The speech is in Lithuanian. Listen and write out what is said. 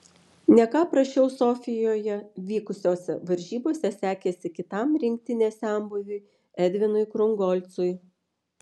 ne ką prasčiau sofijoje vykusiose varžybose sekėsi kitam rinktinės senbuviui edvinui krungolcui